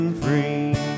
free